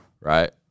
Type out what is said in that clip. Right